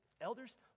Elders